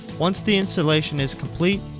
once the installation is complete,